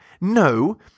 no